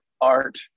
art